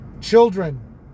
children